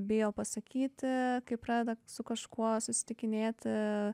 bijo pasakyti kai pradeda su kažkuo susitikinėti